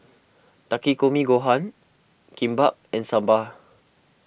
Takikomi Gohan Kimbap and Sambar